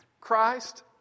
Christ